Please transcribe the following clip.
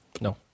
No